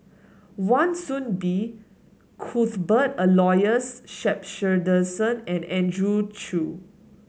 Wan Soon Bee Cuthbert Aloysius Shepherdson and Andrew Chew